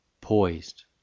poised